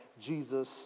Jesus